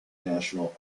national